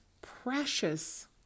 precious